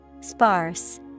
Sparse